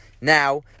Now